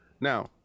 Now